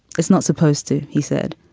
it's not supposed to, he said.